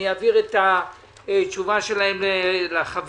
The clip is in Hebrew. אעביר את התשובה שלהם לחברים.